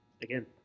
again